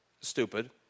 stupid